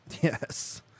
Yes